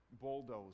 bulldoze